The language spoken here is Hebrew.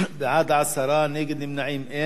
בעד, 10, נגד ונמנעים, אין.